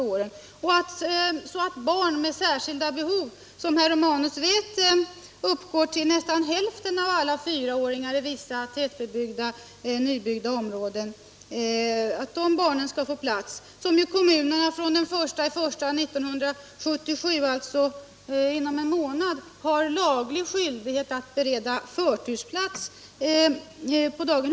Hur skall kommunerna klara att barn med särskilda behov — och dit räknas som herr Romanus vet nästan hälften av fyraåringarna i vissa nya tätbebyggda områden — skall få daghemsplats? För sådana barn har ju kommunerna fr.o.m. den 1 januari 1977, alltså "inom en månad, laglig skyldighet att bereda förtursplats på daghem.